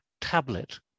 tablet